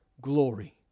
glory